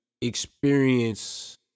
experience